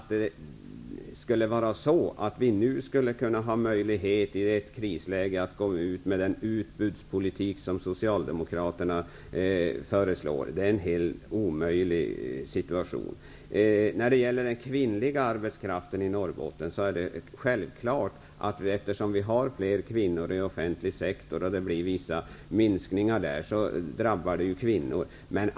Men det är helt omöjligt att nu, i ett krisläge, gå ut med den utbudspolitik som socialdemokraterna föreslår. När det blir vissa minskningar i offentlig sektor är det självklart att det drabbar kvinnorna i Norrbotten eftersom vi har fler kvinnor där.